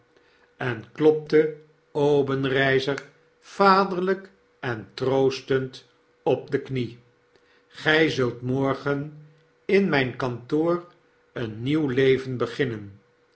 en klopte obenreizer vaderlijk en troostend op de knie gi zult morgeninmijn kantoor een nieuw leven beginnen